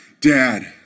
Dad